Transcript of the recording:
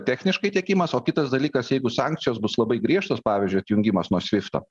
techniškai tiekimas o kitas dalykas jeigu sankcijos bus labai griežtos pavyzdžiui atjungimas nuo svifto